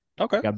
Okay